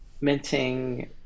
minting